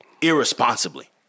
Irresponsibly